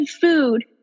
food